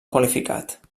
qualificat